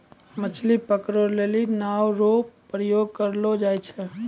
मछली पकड़ै लेली नांव रो प्रयोग करलो जाय छै